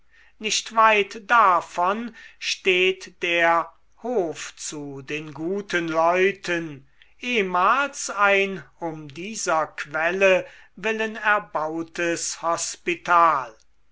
nicht weit davon steht der hof zu den guten leuten ehmals ein um dieser quelle willen erbautes hospital